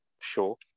show